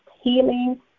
healing